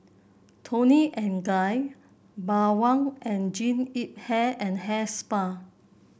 Toni and Guy Bawang and Jean Yip Hair and Hair Spa